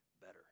better